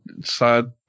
sad